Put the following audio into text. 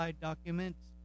documents